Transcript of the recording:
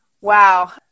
Wow